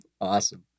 Awesome